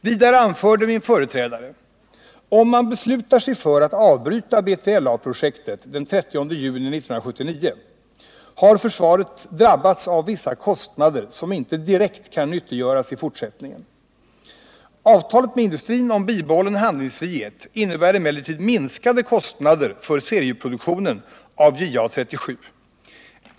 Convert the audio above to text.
Vidare anförde min företrädare: ”Om man beslutar sig för att avbryta B3LA-projektet den 30 juni 1979, har försvaret drabbats av vissa kostnader som inte direkt kan nyttiggöras i fortsättningen. Avtalet med industrin om bibehållen handlingsfrihet innebär emellertid minskade kostnader för serieproduktionen av JA 37.